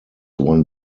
one